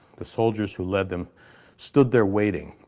the soldiers who led them stood there waiting.